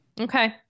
Okay